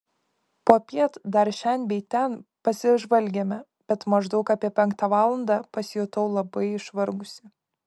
popiet dar šen bei ten pasižvalgėme bet maždaug apie penktą valandą pasijutau labai išvargusi